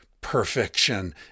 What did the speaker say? perfection